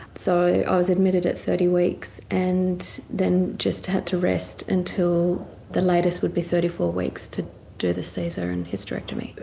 so i was admitted at thirty weeks and then just had to rest until the latest would be thirty four weeks to do the caesar and hysterectomy.